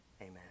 Amen